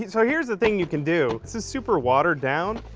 so here's the thing you can do, this is super watered-down.